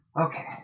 okay